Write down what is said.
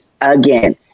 Again